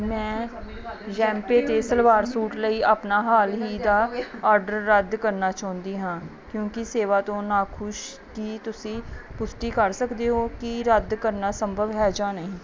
ਮੈਂ ਯੈਂਪੇ 'ਤੇ ਸਲਵਾਰ ਸੂਟ ਲਈ ਆਪਣਾ ਹਾਲ ਹੀ ਦਾ ਆਡਰ ਰੱਦ ਕਰਨਾ ਚਾਹੁੰਦੀ ਹਾਂ ਕਿਉਂਕਿ ਸੇਵਾ ਤੋਂ ਨਾਖੁਸ਼ ਕੀ ਤੁਸੀਂ ਪੁਸ਼ਟੀ ਕਰ ਸਕਦੇ ਹੋ ਕੀ ਰੱਦ ਕਰਨਾ ਸੰਭਵ ਹੈ ਜਾਂ ਨਹੀਂ